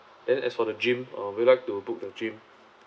then as for the gym uh we'd like to book the gym